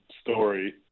story